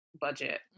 budget